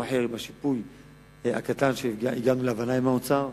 אחר עם השיפוי הקטן שהגענו בו להבנה עם האוצר.